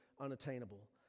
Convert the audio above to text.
unattainable